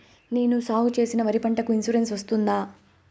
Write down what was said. నేను సాగు చేసిన వరి పంటకు ఇన్సూరెన్సు వస్తుందా?